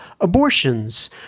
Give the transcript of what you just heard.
abortions